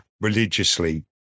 religiously